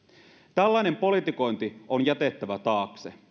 tällainen politikointi on jätettävä taakse